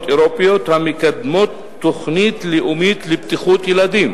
אירופיות המקדמות תוכנית לאומית לבטיחות ילדים.